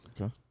Okay